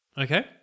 Okay